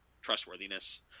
trustworthiness